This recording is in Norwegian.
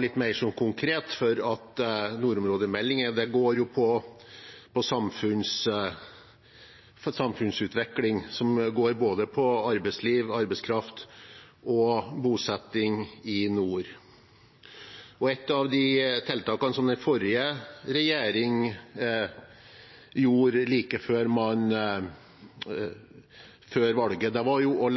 litt mer konkret, for nordområdemeldingen handler jo om samfunnsutvikling, som handler om både arbeidsliv, arbeidskraft og bosetting i nord. Et av de tiltakene som den forrige regjeringen innførte før valget, var å